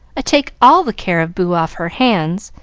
i take all the care of boo off her hands,